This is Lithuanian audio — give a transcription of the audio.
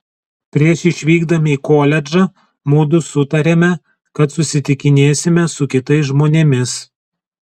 prieš išvykdami į koledžą mudu sutarėme kad susitikinėsime su kitais žmonėmis